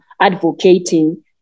advocating